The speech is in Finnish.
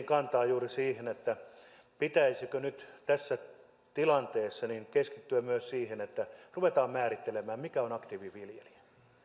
kantaa juuri siihen pitäisikö nyt tässä tilanteessa keskittyä myös siihen että ruvetaan määrittelemään mikä on aktiiviviljelijä